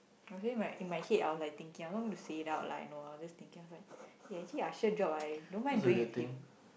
I was thinking like in my head I was like thinking I'm not gonna say it out like you know I was just thinking I was like eh actually usher job I don't mind doing with him